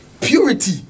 Purity